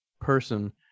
person